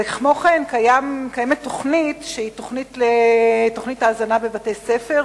וכן קיימת תוכנית הזנה בבתי-ספר,